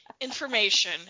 information